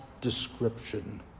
description